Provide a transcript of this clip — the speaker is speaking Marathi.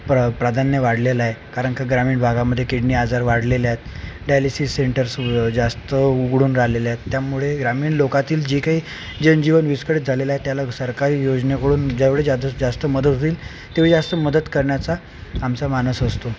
प्र प्राधान्य वाढलेलं आहे कारण का ग्रामीण भागामध्ये किडनी आजार वाढलेले आहेत डायलिसिस सेंटर्स जास्त उघडून राहिलेले आहेत त्यामुळे ग्रामीण लोकातील जे काही जनजीवन विस्कळीत झालेलं आहे त्याला सरकारी योजनेकडून ज्यावेळी जाद जास्त मदत होईल तेवी जास्त मदत करण्याचा आमचा मानस असतो